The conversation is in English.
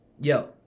Yo